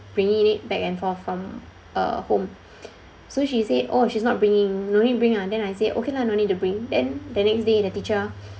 bringing it back and forth from uh home so she said oh she's not bringing no need bring ah and then I say okay lah no need to bring then the next day the teacher